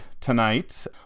tonight